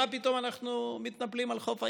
מה פתאום אנחנו מתנפלים על חוף הים?